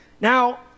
Now